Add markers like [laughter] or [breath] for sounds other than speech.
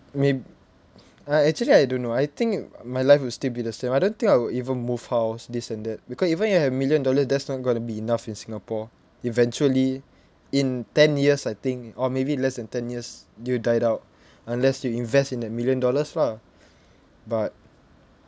mayb~ uh actually I don't know I think my life will still be the same I don't think I will even move house this and that because even you have million dollar that's not going to be enough in singapore eventually in ten years I think or maybe less than ten years you died out [breath] unless you invest in that million dollars lah [noise] but